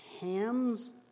Ham's